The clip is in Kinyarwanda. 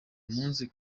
munsi